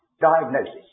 diagnosis